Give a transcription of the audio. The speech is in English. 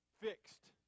fixed